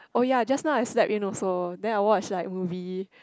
oh ya just now I slept in also then I watch like movie